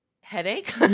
headache